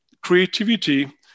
creativity